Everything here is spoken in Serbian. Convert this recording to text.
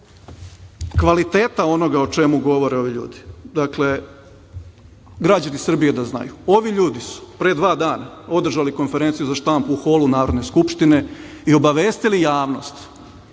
kvaliteta onoga o čemu govore ovi ljudi, dakle, građani Srbije da znaju ovi ljudi su pre dva dana održali konferenciju za štampu u holu Narodne skupštine i obavestili javnost